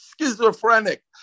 schizophrenic